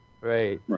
Right